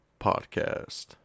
Podcast